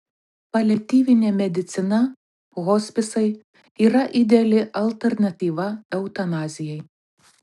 paliatyvinė medicina hospisai yra ideali alternatyva eutanazijai